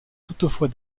toutefois